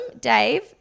Dave